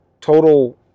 total